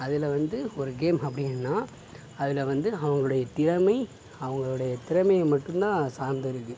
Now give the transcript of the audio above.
அதில் வந்து ஒரு கேம் அப்படின்னா அதில் வந்து அவங்களோடைய திறமை அவங்களோடைய திறமையை மட்டுந்தான் அது சார்ந்து இருக்குது